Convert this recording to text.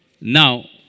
now